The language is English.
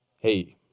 hey